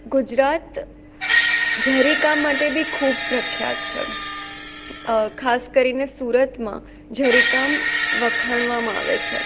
ગુજરાત જરીકામ માટે બી ખૂબ પ્રખ્યાત છે ખાસ કરીને સુરતમાં જરીકામ વખાણવામાં આવે છે